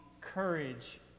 courage